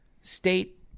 state